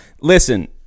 listen